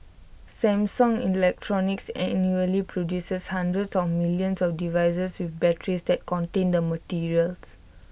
Samsung electronics annually produces hundreds of millions of devices with batteries that contain the materials